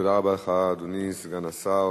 תודה רבה לך, אדוני סגן השר